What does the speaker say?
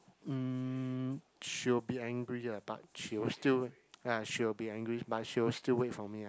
mm she will be angry ah but she will still wait ya she will be angry but she will still wait for me ah